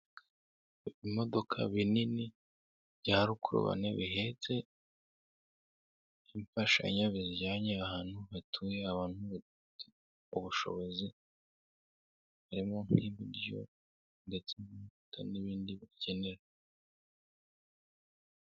Ibimodoka binini bya rukurubane bihetse imfashanyo bizijyanye ahantu hatuye abantu badafite ubushobozi, harimo nk'ibiryo ndetse n'imbuto n'ibindi bikenerwa.